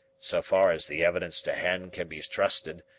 so far as the evidence to hand can be trusted,